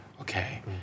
okay